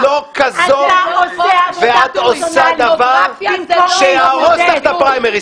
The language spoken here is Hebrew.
את עושה דבר שיהרוס לך את הפריימריז.